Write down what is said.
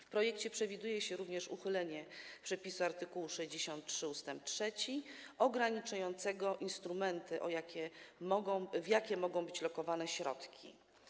W projekcie przewiduje się również uchylenie przepisu art. 63 ust. 3 ograniczającego instrumenty, w jakie mogą być lokowane środki.